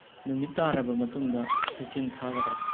ꯅꯨꯃꯤꯠ ꯇꯥꯔꯕ ꯃꯇꯨꯡꯗ ꯂꯩꯆꯤꯟ ꯊꯥꯒꯗ꯭ꯔ